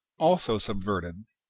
also subverted.